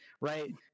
right